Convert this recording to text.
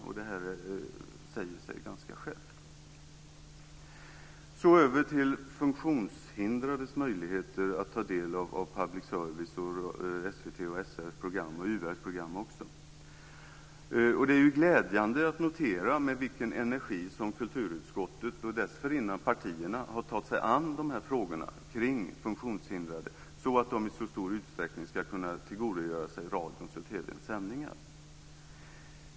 Det säger sig självt. Sedan ska jag gå över till funktionshindrades möjligheter att ta del av public service och SVT:s, SR:s och UR:s program. Det är glädjande att notera med vilken energi som kulturutskottet och dessförinnan partierna har tagit sig an de här frågorna kring funktionshindrade så att de i stor utsträckning ska kunna tillgodogöra sig radions och TV:ns sändningar.